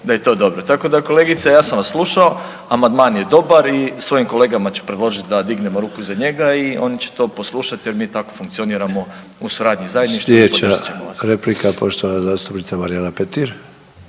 da je to dobro. Tako da kolegice ja sam vas slušao, amandman je dobar i svojim kolegama ću predložiti da dignemo ruku za njega i oni će to poslušati jer mi tako funkcioniramo u suradnji zajedništva i podržat ćemo vas.